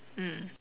mm